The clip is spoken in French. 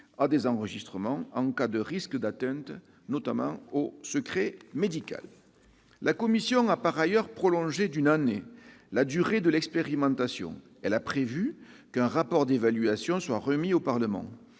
à des enregistrements en cas de risque d'atteinte au secret médical. La commission a par ailleurs prolongé d'une année la durée de l'expérimentation. Elle a prévu qu'un rapport d'évaluation soit remis au Parlement.